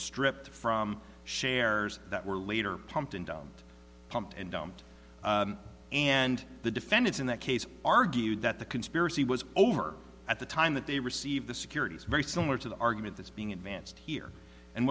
stripped from shares that were later temptin down pump and dumped and the defendants in that case argued that the conspiracy was over at the time that they received the security is very similar to the argument that's being advanced here and